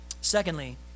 Secondly